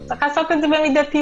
צריך לעשות את זה במידתיות.